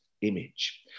image